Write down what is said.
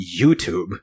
youtube